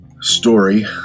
story